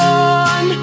on